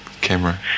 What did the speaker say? camera